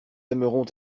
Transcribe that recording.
aimeront